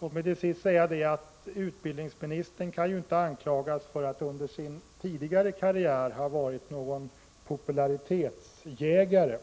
Låt mig till sist säga att utbildningsministern inte kan anklagas för att under sin tidigare karriär ha varit någon popularitetsjägare.